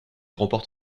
remporte